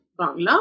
Bangla